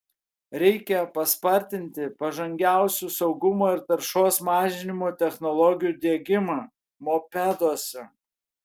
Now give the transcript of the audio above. reikia paspartinti pažangiausių saugumo ir taršos mažinimo technologijų diegimą mopeduose